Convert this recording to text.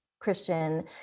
Christian